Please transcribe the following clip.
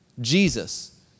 Jesus